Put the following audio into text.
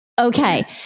Okay